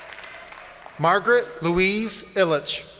margaret louise ellich.